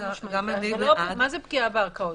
מה זה פגיעה בערכות?